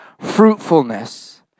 Fruitfulness